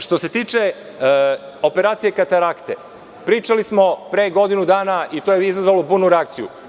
Što se tiče operacije katarakte, pričali smo pre godinu dana o tome i to je izazvalo burnu reakciju.